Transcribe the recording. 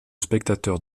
spectateur